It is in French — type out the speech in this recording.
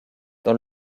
dans